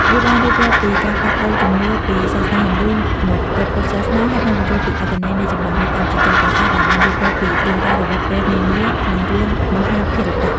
វាបានរៀបរាប់ពីការផ្លាស់ប្ដូរជំនឿពី សាសនាហិណ្ឌូ មកព្រះពុទ្ធសាសនា ហើយបានពន្យល់ពីអត្ថន័យនៃចម្លាក់នៅតាមជញ្ជាំងប្រាសាទ ដែលបានរៀបរាប់ពីរឿងរ៉ាវរបស់ព្រះនានា និងរឿងមហាភារតៈ។